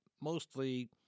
mostly